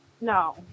no